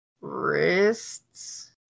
wrists